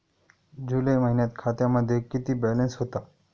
जुलै महिन्यात खात्यामध्ये किती बॅलन्स होता?